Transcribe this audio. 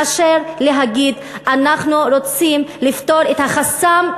מאשר להגיד: אנחנו רוצים לפתור את החסם,